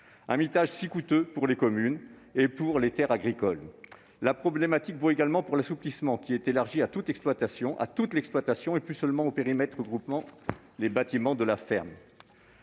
le mitage, si coûteux pour les communes et les terres agricoles. La problématique vaut également pour l'assouplissement, qui est étendu à toute l'exploitation et plus seulement au périmètre regroupant les bâtiments de la ferme.